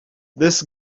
this